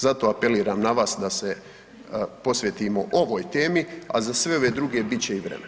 Zato apeliram na vas da se posvetimo ovoj temi a za sve ove druge bit će i vremena.